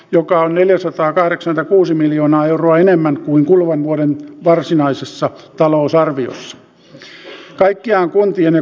samoiten mikä täälläkin nousi yleiskeskustelussa jo esille tieosuus oulusta kemiin on liikennevirastonkin mukaan keskimääräistä vaarallisempi tieosuus